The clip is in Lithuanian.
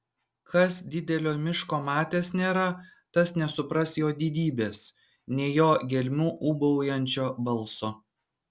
kas didelio miško matęs nėra tas nesupras jo didybės nei jo gelmių ūbaujančio balso